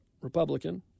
Republican